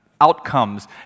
outcomes